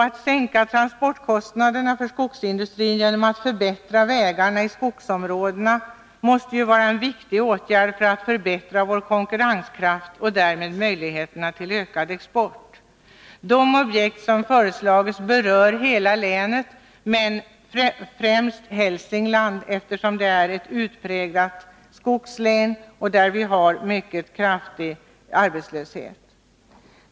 Att sänka transportkostnaderna för skogsindustrin genom att förbättra vägarna i skogsområdena måste ju vara en viktig åtgärd för att förbättra vår konkurrenskraft och därmed möjligheterna till ökad export. De objekt som har föreslagits berör hela länet, men främst Hälsingland, eftersom det är ett utpräglat skogslandskap och har mycket kraftig arbetslöshet.